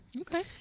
Okay